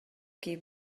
qui